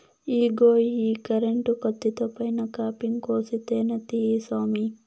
ఇగో ఈ కరెంటు కత్తితో పైన కాపింగ్ కోసి తేనే తీయి సామీ